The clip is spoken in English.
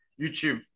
YouTube